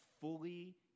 fully